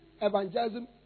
evangelism